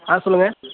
ஆ சொல்லுங்கள்